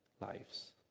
lives